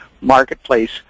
marketplace